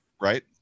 right